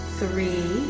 three